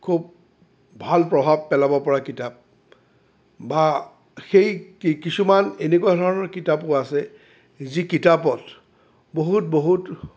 খুব ভাল প্ৰভাৱ পেলাব পৰা কিতাপ বা সেই কি কিছুমান এনেকুৱা ধৰণৰ কিতাপো আছে যি কিতাপত বহুত বহুত